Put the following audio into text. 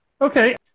Okay